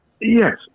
yes